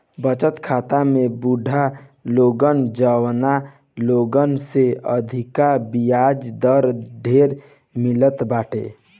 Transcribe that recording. बचत खाता में बुढ़ लोगन जवान लोगन से अधिका बियाज दर ढेर मिलत बाटे